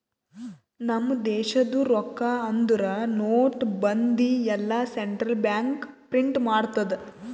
ನಮ್ ದೇಶದು ರೊಕ್ಕಾ ಅಂದುರ್ ನೋಟ್, ಬಂದಿ ಎಲ್ಲಾ ಸೆಂಟ್ರಲ್ ಬ್ಯಾಂಕ್ ಪ್ರಿಂಟ್ ಮಾಡ್ತುದ್